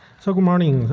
so, good morning.